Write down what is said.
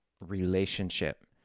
relationship